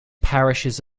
parishes